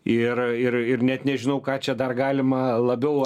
ir ir ir net nežinau ką čia dar galima labiau